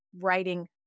writing